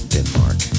Denmark